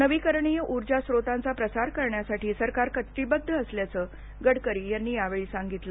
नवीकरणीय उर्जा स्त्रोतांचा प्रसार करण्यासाठी सरकार कटिबद्ध असल्याचं गडकरी यांनी यावेळी सांगितलं